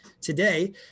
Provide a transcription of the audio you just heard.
Today